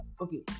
okay